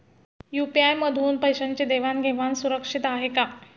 UPI मधून पैशांची देवाण घेवाण सुरक्षित आहे का?